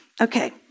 Okay